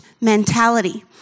mentality